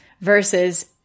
versus